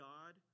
God